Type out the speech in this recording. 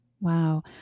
Wow